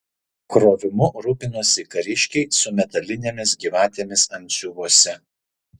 krovimu rūpinosi kariškiai su metalinėmis gyvatėmis antsiuvuose